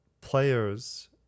players